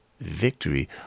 victory